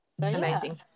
Amazing